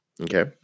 Okay